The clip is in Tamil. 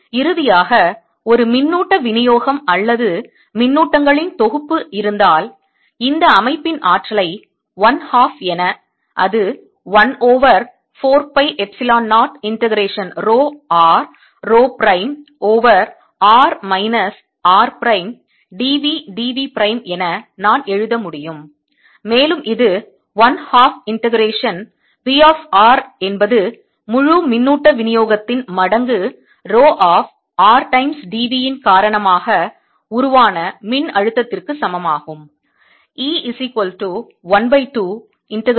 எனவே இறுதியாக ஒரு மின்னூட்ட விநியோகம் அல்லது மின்னூட்டங்களின் தொகுப்பு இருந்தால் இந்த அமைப்பின் ஆற்றலை 1 ஹாஃப் என அது 1 over 4 pi epsilon 0 integration rho r rho prime over r minus r prime d v d v prime என நான் எழுத முடியும் மேலும் இது 1 half integration v of r என்பது முழு மின்னூட்ட விநியோகத்தின் மடங்கு rho of r times d v இன் காரணமாக உருவான மின் அழுத்தத்திற்கு சமமாகும்